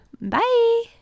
Bye